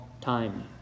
time